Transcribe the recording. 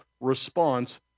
response